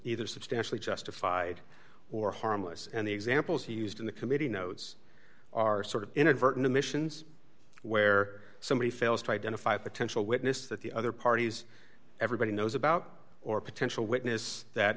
either substantially justified or harmless and the examples used in the committee nodes are sort of inadvertent emissions where somebody fails to identify potential witnesses that the other parties everybody knows about or a potential witness that